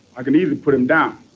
i can even put him down